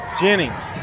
Jennings